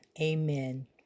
Amen